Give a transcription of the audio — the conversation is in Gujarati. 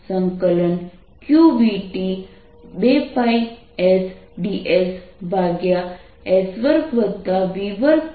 da q2ϵ0vtR2v2t232 1 હવે 0RE